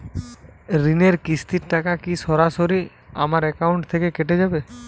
ঋণের কিস্তির টাকা কি সরাসরি আমার অ্যাকাউন্ট থেকে কেটে যাবে?